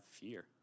fear